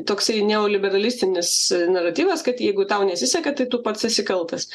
toksai neo liberalistinis naratyvas kad jeigu tau nesiseka tai tu pats esi kaltas